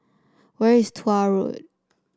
where is Tuah Road